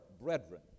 brethren